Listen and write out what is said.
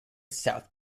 south